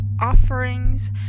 offerings